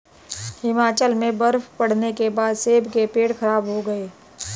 हिमाचल में बर्फ़ पड़ने के कारण सेब के पेड़ खराब हो गए